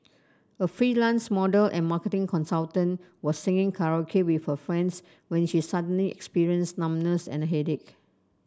a freelance model and marketing consultant was singing karaoke with her friends when she suddenly experienced numbness and headache